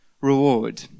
reward